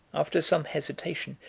after some hesitation,